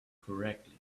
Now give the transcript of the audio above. correctly